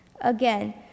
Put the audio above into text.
Again